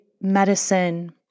medicine